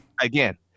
again